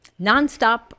nonstop